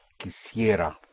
quisiera